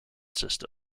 system